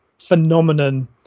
phenomenon